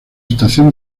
estación